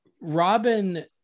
Robin